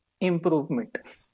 improvement